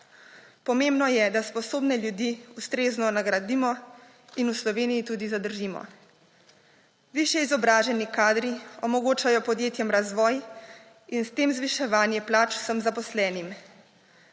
Pomembno je, da sposobne ljudi ustrezno nagradimo in v Sloveniji tudi zadržimo. Višje izobraženi kadri omogočajo podjetjem razvoj in s tem zviševanje plač vsem zaposlenim.